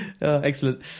Excellent